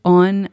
on